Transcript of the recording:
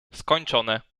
skończone